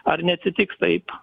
ar neatsitiks taip